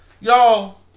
y'all